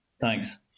Thanks